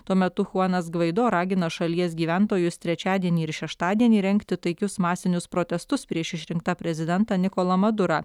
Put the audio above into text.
tuo metu chuanas guaido ragino šalies gyventojus trečiadienį ir šeštadienį rengti taikius masinius protestus prieš išrinktą prezidentą nikolą madurą